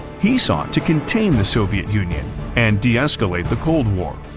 he sought to contain the soviet union and de-escalate the cold war,